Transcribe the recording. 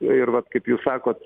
ir vat kaip jūs sakot